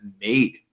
made